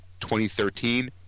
2013